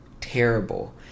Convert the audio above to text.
terrible